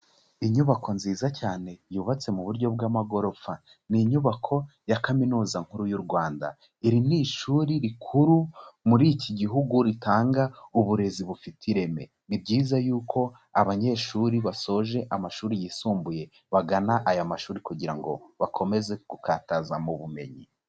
Inyubako nziza cyane yubatse mu buryo bw'amagorofa, ni inyubako ya Kaminuza nkuru y'u Rwanda, iri ni ishuri rikuru muri iki gihugu ritanga uburezi bufite ireme, ni byiza yuko abanyeshuri basoje amashuri yisumbuye bagana aya mashuri kugira ngo bakomeze gukataza mu bumenyi.